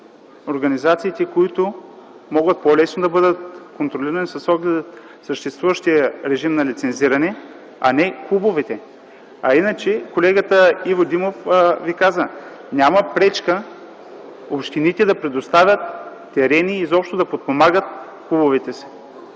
организациите, които могат по-лесно да бъдат контролирани с оглед съществуващия режим на лицензиране, а не клубовете. Иначе колегата Иво Димов каза, че няма пречка общините да предоставят терени и да подпомагат клубовете си.